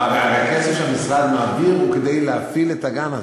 אבל הכסף שהמשרד מעביר הוא כדי להפעיל את הגן הזה,